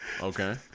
Okay